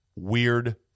Weird